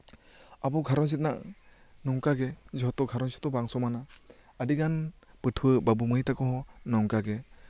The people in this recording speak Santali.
ᱟᱵᱚ ᱜᱷᱟᱨᱚᱸᱡᱽ ᱨᱮᱱᱟᱜ ᱱᱚᱝᱠᱟᱜᱮ ᱡᱚᱛᱚ ᱜᱷᱟᱨᱚᱸᱡᱽ ᱫᱚ ᱵᱟᱝ ᱥᱚᱢᱟᱱᱟ ᱟᱹᱰᱤᱜᱟᱱ ᱯᱟᱹᱴᱩᱷᱣᱟᱹ ᱵᱟᱹᱵᱩ ᱢᱟᱹᱭ ᱛᱟᱠᱚ ᱦᱚᱸ ᱱᱚᱝᱠᱟᱜᱮ